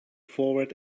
forward